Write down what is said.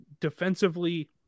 Defensively